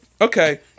okay